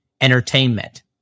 entertainment